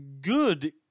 Good